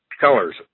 colors